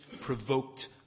provoked